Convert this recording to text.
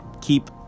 keep